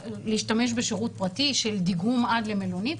להשתמש בשירות פרטי של דיגום עד למלונית,